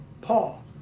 Paul